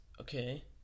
okay